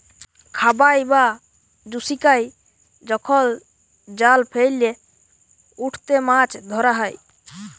খাবাই বা জুচিকাই যখল জাল ফেইলে উটতে মাছ ধরা হ্যয়